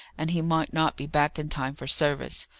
and he might not be back in time for service.